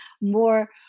more